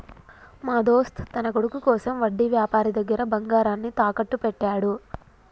మా దోస్త్ తన కొడుకు కోసం వడ్డీ వ్యాపారి దగ్గర బంగారాన్ని తాకట్టు పెట్టాడు